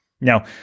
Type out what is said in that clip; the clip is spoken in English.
Now